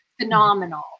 phenomenal